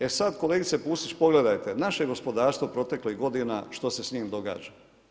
E sad kolegice Pusić, pogledajte naše gospodarstvo proteklih godina što se s njim događa.